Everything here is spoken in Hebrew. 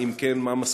2. אם כן, מה מסקנותיה?